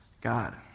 God